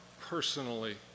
personally